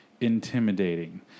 intimidating